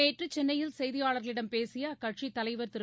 நேற்று சென்னையில் செய்தியாளர்களிடம் பேசிய அக்கட்சித் தலைவர் திரு